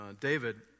David